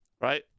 right